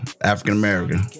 African-American